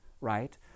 right